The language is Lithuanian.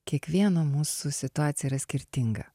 kiekvieno mūsų situacija yra skirtinga